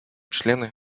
члены